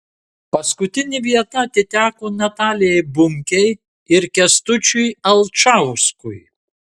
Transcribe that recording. paskutinė vieta atiteko natalijai bunkei ir kęstučiui alčauskui